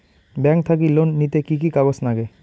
Bank থাকি loan নিতে কি কি কাগজ নাগে?